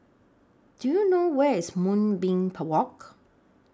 Do YOU know Where IS Moonbeam Walk